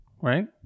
right